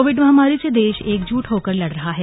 Covid महामारी से देश एकजुट होकर लड़ रहा है